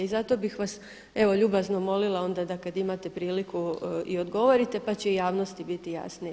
I zato bih vas evo ljubazno molila da kad imate priliku i odgovorite, pa će i javnosti biti jasnije.